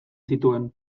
zituen